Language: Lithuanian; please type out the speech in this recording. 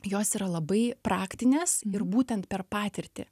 jos yra labai praktinės ir būtent per patirtį